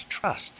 trust